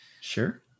Sure